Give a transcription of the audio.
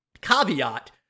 caveat